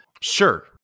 Sure